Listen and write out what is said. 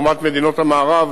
לעומת מדינות המערב,